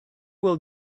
will